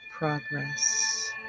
progress